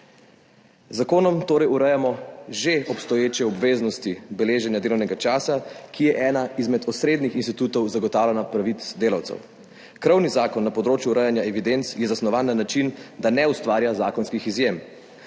zakonom torej urejamo že obstoječe obveznosti beleženja delovnega časa, ki je en izmed osrednjih institutov zagotavljanja pravic delavcev. Krovni zakon na področju urejanja evidenc je zasnovan na način, da ne ustvarja zakonskih izjem.